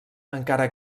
encara